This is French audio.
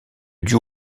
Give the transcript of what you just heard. duo